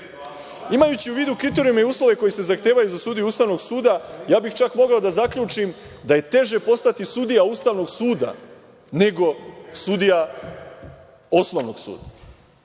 suda. Imajući u vidu kriterijume i uslove koji se zahtevaju za sudije Ustavnog suda, ja bih čak mogao da zaključim da je teže postati sudija Ustavnog suda nego sudija osnovnog suda,